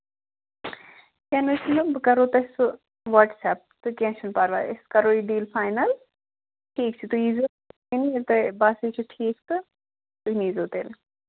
کیٚنٛہہ نہَ حظ چھُنہٕ بہٕ کَرو تۄہہِ سُہ وٹٕس اَیپ تہٕ کیٚنٛہہ چھُنہٕ پَرواے أسۍ کَرو یہِ ڈیٖل فاینَل کیٚنٛہہ چھُنہٕ تُہۍ ییٖزیٚو ییٚلہِ تۄہہِ باسٮ۪و یہِ چھُ ٹھیٖک تہٕ تُہۍ نیٖزیٚو تیٚلہِ